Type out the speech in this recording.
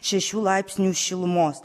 šešių laipsnių šilumos